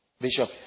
Bishop